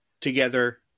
Together